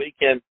weekend